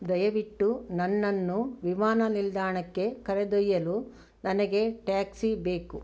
ದಯವಿಟ್ಟು ನನ್ನನ್ನು ವಿಮಾನ ನಿಲ್ದಾಣಕ್ಕೆ ಕರೆದೊಯ್ಯಲು ನನಗೆ ಟ್ಯಾಕ್ಸಿ ಬೇಕು